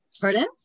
Pardon